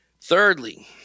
Thirdly